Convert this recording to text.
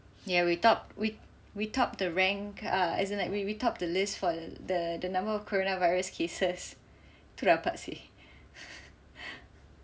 ya we top we we top the rank ah isn't it we we top the list for the the number of corona virus cases tu lah pasti